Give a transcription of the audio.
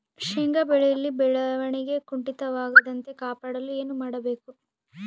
ಶೇಂಗಾ ಬೆಳೆಯಲ್ಲಿ ಬೆಳವಣಿಗೆ ಕುಂಠಿತವಾಗದಂತೆ ಕಾಪಾಡಲು ಏನು ಮಾಡಬೇಕು?